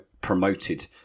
promoted